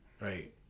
Right